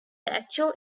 actual